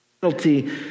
penalty